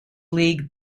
league